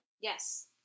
Yes